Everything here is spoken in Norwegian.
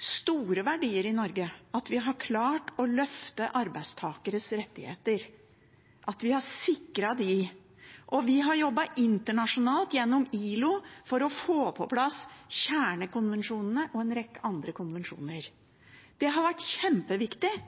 store verdier i Norge at vi har klart å løfte arbeidstakeres rettigheter, at vi har sikret dem. Og vi har jobbet internasjonalt, gjennom ILO, for å få på plass kjernekonvensjonene og en rekke andre konvensjoner. Det har vært kjempeviktig.